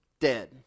Dead